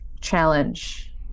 challenge